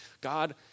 God